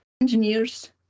engineers